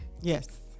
Yes